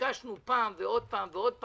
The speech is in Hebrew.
שביקשנו פעם ועוד פעם ועוד פעם,